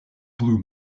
blue